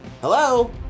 Hello